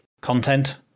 content